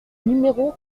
numéro